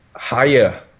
higher